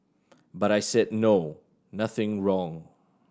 but I said no nothing wrong